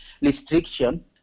restriction